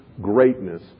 greatness